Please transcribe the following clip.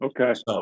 Okay